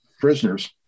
prisoners